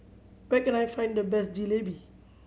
where can I find the best Jalebi